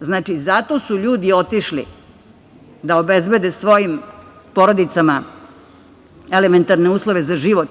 Znači, zato su ljudi otišli da obezbede svojim porodicama elementarne uslove za život,